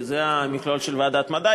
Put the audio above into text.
כי זה המכלול של ועדת המדע.